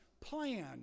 plan